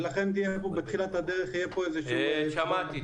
ולכן בתחילת הדרך יהיה פה איזשהו --- שמעתי,